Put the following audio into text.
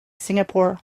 singapore